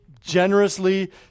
generously